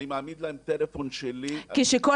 אני מעמיד להם טלפון שלי --- כשכל